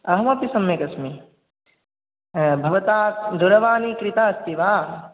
अहमपि सम्यक् अस्मि भवता दूरवाणी क्रीता अस्ति वा